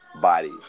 body